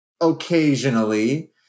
Occasionally